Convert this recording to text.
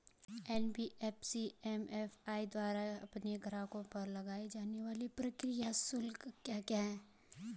NBFC MFI द्वारा अपने ग्राहकों पर लगाए जाने वाले प्रक्रिया शुल्क क्या क्या हैं?